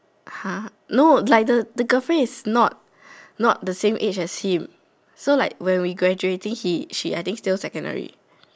!huh! no like the the girlfriend is not not the same age as him so like when we graduating he she I think still secondary